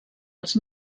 els